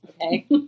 okay